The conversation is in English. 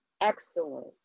excellent